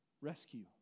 rescue